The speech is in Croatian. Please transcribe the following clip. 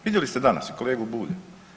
Vidjeli ste danas kolegu Bulja.